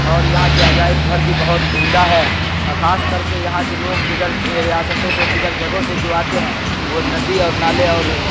اور یہاں کے عجائب گھر بھی بہت عمدہ ہے اور خاص کر کے یہاں جو لوگ دیگر ریاستوں سے دیگر جگہوں سے جو آتے ہیں وہ ندی اور نالے اور